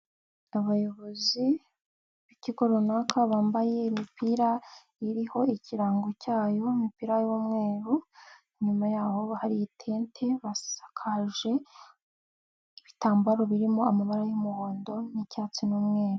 Abayobozi b'ikigo runaka bambaye imipira iriho ikirango cyayo imupira y'umweru, inyuma yaho hariho itente basakaje, ibitambaro birimo amabara y'umuhondo n'icyatsi n'umweru.